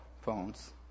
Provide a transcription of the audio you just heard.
phones